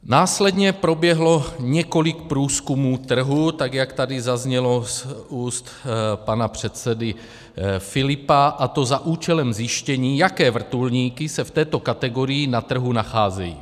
Následně proběhlo několik průzkumů trhu, jak tady zaznělo z úst pana předsedy Filipa, a to za účelem zjištění, jaké vrtulníky se v této kategorii na trhu nacházejí.